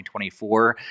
2024